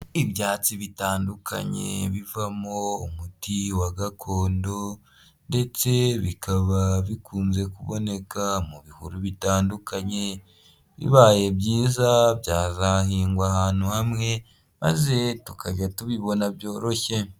Ibyatsi bitandukanye bivamo umuti wa gakondo, ndetse bikaba bikunze kuboneka mu bihuru bitandukanye, bibaye byiza byazahingwa ahantu hamwe maze tukajya tubibona byoroshye.